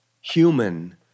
human